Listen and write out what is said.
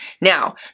Now